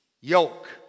Yoke